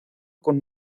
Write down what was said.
con